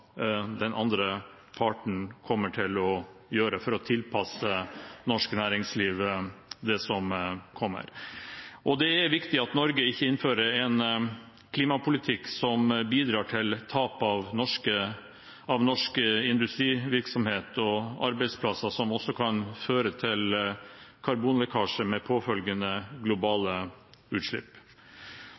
den andre parten kommer til å gjøre, for å tilpasse norsk næringsliv det som kommer. Det er viktig at Norge ikke innfører en klimapolitikk som bidrar til tap av norsk industrivirksomhet og arbeidsplasser, som også kan føre til karbonlekkasje med påfølgende globale utslipp.